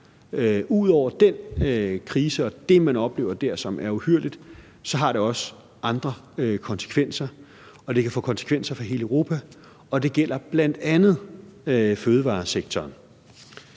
Ud over den krise og det, man oplever der, som er uhyrligt, så har det også andre konsekvenser. Det kan få konsekvenser for hele Europa, og det gælder bl.a. fødevaresektoren.